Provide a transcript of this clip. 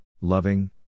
loving